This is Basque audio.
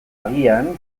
agian